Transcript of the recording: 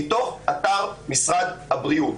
מתוך אתר משרד הבריאות.